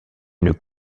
une